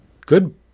Good